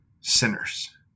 sinners